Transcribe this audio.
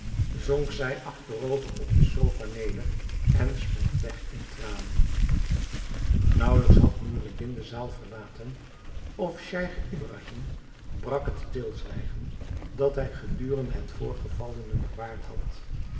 zonk zij achterover op de sofa neder en smolt weg in tranen naauwelijks had noureddin de zaal verlaten of scheich ibrahim brak het stilzwijgen dat hij gedurende het voorgevallene bewaard had